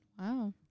Wow